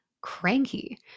cranky